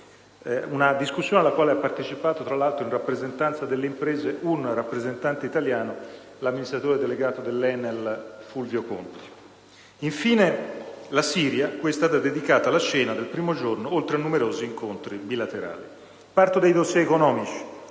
Una discussione alla quale ha partecipato, tra l'altro, in rappresentanza delle imprese, una personalità italiana, l'amministratore delegato dell'ENEL, Fulvio Conti. Infine, la Siria, cui è stata dedicata la cena del primo giorno, oltre a numerosi incontri bilaterali. Parto dai *dossier* economici: